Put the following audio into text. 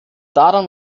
daran